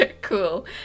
Cool